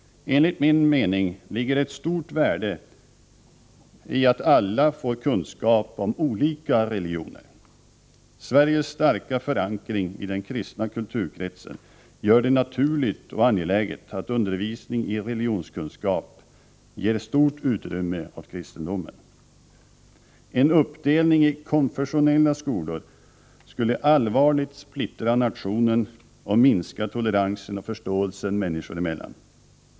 Enligt min mening ligger det ett stort värde i att alla får kunskap om olika religioner. Sveriges starka förankring i den kristna kulturkretsen gör det naturligt och angeläget att undervisningen i religionskunskap ger stort utrymme åt kristendomen. En uppdelning i konfessionella skolor skulle allvarligt splittra nationen och minska toleransen och förståelsen människor emellan.